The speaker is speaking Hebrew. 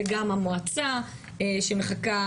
וגם המועצה שמחכה,